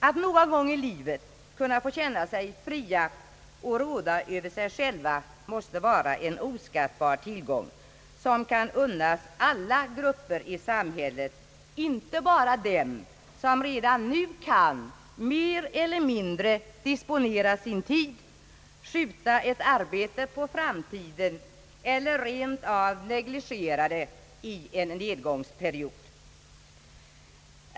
Att någon gång i livet kunna få känna sig fri och råda över sig själv måste vara en oskattbar tillgång, som kan unnas alla grupper i samhället, inte bara dem som redan nu kan mer eller mindre disponera sin tid, skjuta ett arbete på framtiden eller rent av negligera det i en nedgångsperiod.